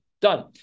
Done